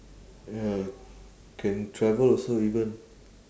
ya can travel also even